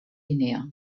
guinea